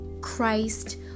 Christ